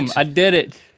and i did it!